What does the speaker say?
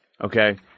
Okay